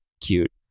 cute